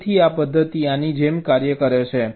તેથી આ પદ્ધતિ આની જેમ કાર્ય કરે છે